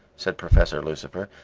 said professor lucifer,